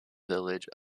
village